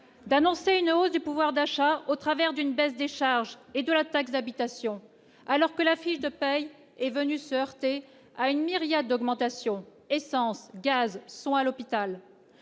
d'annoncer une hausse du pouvoir d'achat au travers d'une baisse des charges et de la taxe d'habitation, alors que la fiche de paye, est venu surfer à une myriade d'augmentation, essence, gaz sont à l'hôpital